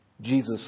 Jesus